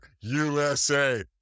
USA